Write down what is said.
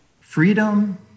freedom